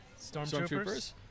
Stormtroopers